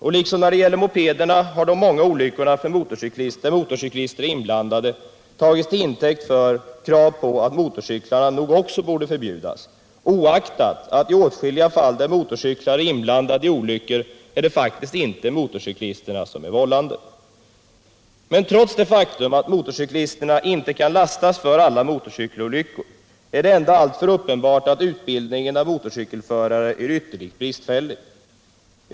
Och liksom när det gäller mopederna har de många olyckorna där motorcyklister är inblandade tagits till intäkt för krav på att motorcyklarna nog också skulle förbjudas, oaktat att det i åtskilliga fall där motorcyklar är inblandade i olyckor faktiskt inte är motorcyklisten som är vållande. Men trots det faktum att inte motorcyklisterna kan lastas för alla motorcykelolyckor är det ändå alltför uppenbart att utbildningen av motorcykelförare är ytterligt bristfällig.